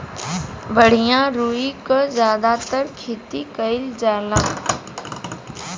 बढ़िया रुई क जादातर खेती कईल जाला